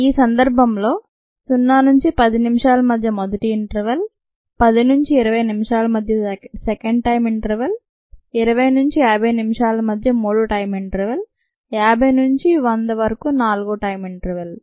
ఈ సందర్భంలో 0 నుంచి 10 నిమిషాల మధ్య మొదటి టైమ్ ఇంటర్వెల్ 10 నుంచి 20 నిమిషాల మధ్య సెకండ్ టైమ్ ఇంటర్వెల్ 20 నుంచి 50 నిమిషాల మధ్య మూడో టైమ్ ఇంటర్వెల్ 50 నుంచి 100 వరకు నాలుగో టైమ్ ఇంటర్వెల్